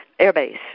airbase